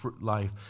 life